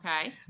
Okay